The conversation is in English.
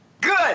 Good